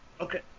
Okay